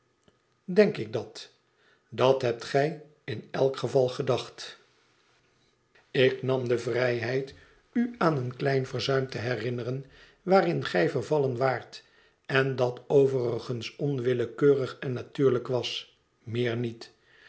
denk ik dat dat hebt gij in alle geval gedacht ik nam de vrijheid u aan een klein verzuim te herinneren waarin gij vervallen waart en dat overigens onwillekeurig en natuurlijk was meer niet